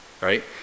right